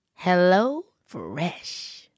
HelloFresh